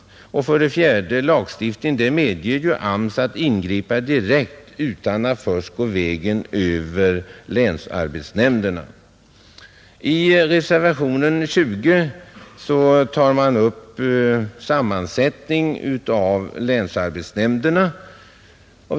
Det bör också framhållas att lagstiftningen medger att AMS ingriper direkt utan att först gå vägen över länsarbetsnämnderna. I reservationen 20 tas sammansättningen av länsarbetsnämnderna upp.